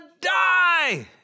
die